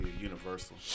universal